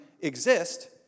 exist